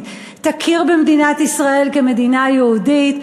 תכיר במדינת ישראל כמדינה יהודית,